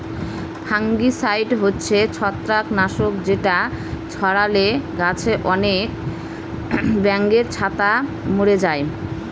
fungicide হচ্ছে ছত্রাক নাশক যেটা ছড়ালে গাছে আনেক ব্যাঙের ছাতা মোরে যায়